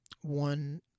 one